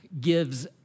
gives